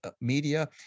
media